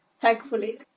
thankfully